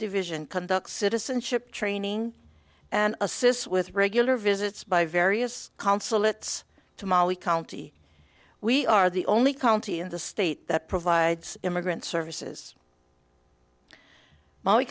division conducts citizenship training and assists with regular visits by various consulates tamale county we are the only county in the state that provides immigrant services m